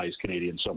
Canadian